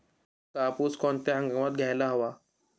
कापूस कोणत्या हंगामात घ्यायला हवा?